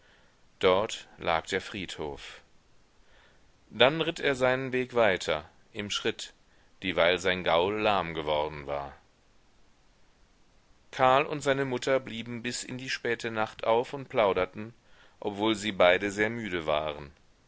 dort lag der friedhof dann ritt er seinen weg weiter im schritt dieweil sein gaul lahm geworden war karl und seine mutter blieben bis in die späte nacht auf und plauderten obwohl sie beide sehr müde waren